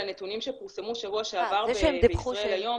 לנתונים שפורסמו בשבוע שעבר ב"ישראל היום" --- זה